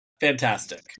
Fantastic